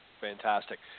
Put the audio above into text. Fantastic